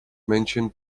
mentioned